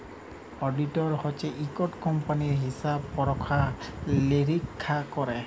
auditor হছে ইকট কম্পালির হিসাব পরিখ্খা লিরিখ্খা ক্যরে